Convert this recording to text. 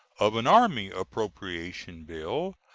of an army appropriation bill,